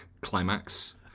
climax